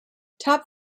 top